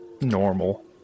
normal